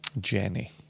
Jenny